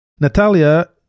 Natalia